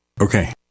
okay